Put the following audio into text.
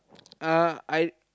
uh I